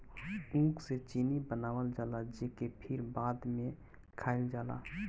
ऊख से चीनी बनावल जाला जेके फिर बाद में खाइल जाला